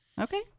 Okay